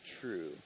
true